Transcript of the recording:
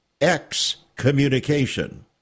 excommunication